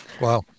Wow